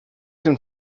dem